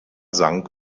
sank